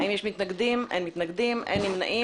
הצבעה בעד החוק פה אחד החוק אושר.